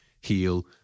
heal